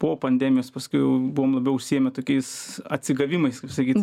po pandemijos paskui jau buvom labiau užsiėmę tokiais atsigavimais kaip sakyt